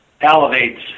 elevates